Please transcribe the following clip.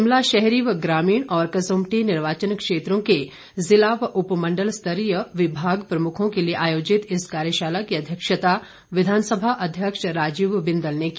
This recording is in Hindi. शिमला शहरी ग्रामीण और कसुम्पटी निर्वाचन क्षेत्रों के जिला व उपमंडल स्तरीय विभाग प्रमुखों के लिए आयोजित इस कार्यशाला की अध्यक्षता विधानसभा अध्यक्ष राजीव बिंदल ने की